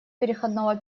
переходного